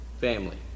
Family